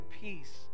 peace